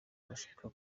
bashaka